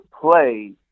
play